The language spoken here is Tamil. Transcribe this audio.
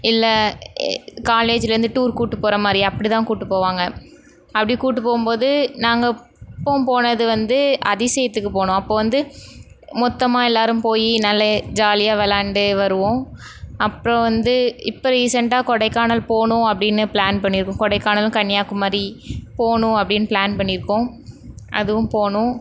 இல்லை காலேஜ்லேருந்து டூர் கூட்டு போகிற மாதிரி அப்படி தான் கூட்டு போவாங்க அப்படி கூட்டு போகும் போது நாங்கள் எப்போவும் போனது வந்து அதிசயத்துக்கு போனோம் அப்போ வந்து மொத்தமாக எல்லோரும் போய் நல்ல ஜாலியாக விளாண்டு வருவோம் அப்புறோம் வந்து இப்போ ரீசென்டாக கொடைக்கானல் போகணும் அப்படின்னு ப்ளான் பண்ணிருக்கோம் கொடைக்கானலும் கன்னியாகுமரி போகணும் அப்படின்னு ப்ளான் பண்ணிருக்கோம் அதுவும் போகணும்